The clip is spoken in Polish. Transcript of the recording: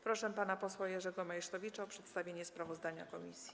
Proszę pana posła Jerzego Meysztowicza o przedstawienie sprawozdania komisji.